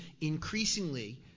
increasingly